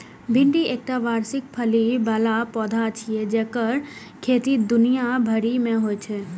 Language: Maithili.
भिंडी एकटा वार्षिक फली बला पौधा छियै जेकर खेती दुनिया भरि मे होइ छै